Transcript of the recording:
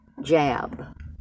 jab